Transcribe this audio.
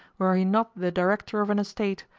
were he not the director of an estate,